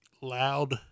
loud